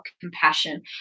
compassion